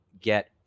get